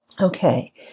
okay